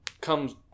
comes